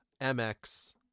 M-X